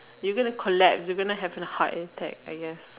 you gonna collapse you gonna have an heart attack I guess